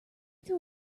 threw